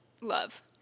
love